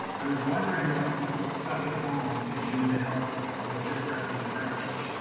i was wondering what people stuck at home can do to help with this refugee crisis.